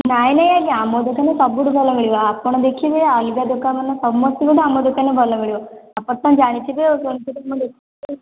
ନାଇଁ ନାଇଁ ଆଜ୍ଞା ଆମ ଦୋକାନରେ ସବୁଠୁ ଭଲ ମିଳିବ ଆପଣ ଦେଖିବେ ଅଲଗା ଦୋକାନ ମାନଙ୍କର ସମସ୍ତଙ୍କଠୁ ଆମ ଦୋକାନରୁ ଭଲ ମିଳିବ ଆପଣ ତ ଜାଣିଥିବେ ଆଉ